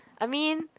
I mean